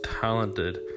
talented